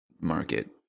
market